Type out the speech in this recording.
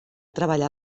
treballar